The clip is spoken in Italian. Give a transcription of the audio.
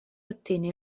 ottenne